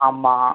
ஆமாம்